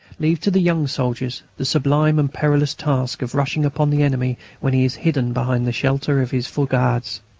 leave to the young soldiers the sublime and perilous task of rushing upon the enemy when he is hidden behind the shelter of his fougades,